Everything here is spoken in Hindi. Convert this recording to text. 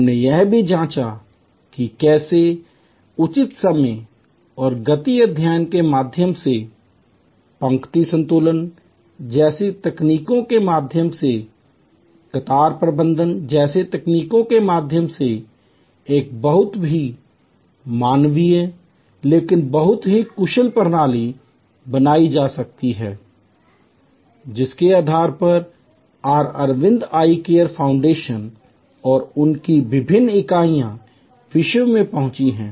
हमने यह भी जांचा कि कैसे उचित समय और गति अध्ययन के माध्यम से पंक्ति संतुलन जैसी तकनीकों के माध्यम से कतार प्रबंधन जैसी तकनीकों के माध्यम से एक बहुत ही मानवीय लेकिन बहुत ही कुशल प्रणाली बनाई जा सकती है जिसके आधार पर आज अरविंद आई केयर फाउंडेशन और उनकी विभिन्न इकाइयाँ विश्व में पहुँचती हैं